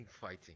fighting